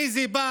"מי זה בא?